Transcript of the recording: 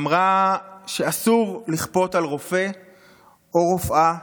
אמרה שאסור לכפות על רופא או רופאה